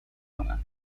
کنن